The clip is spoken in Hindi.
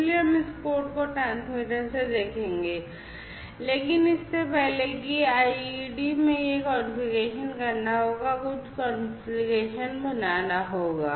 इसलिए हम इस कोड को ट्रांसमीटर से देखेंगे लेकिन इससे पहले कि IDE में यह कॉन्फ़िगरेशन करना होगा कुछ कॉन्फ़िगरेशन बनाना होगा